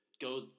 go